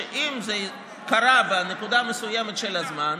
שאם זה קרה בנקודה מסוימת של הזמן,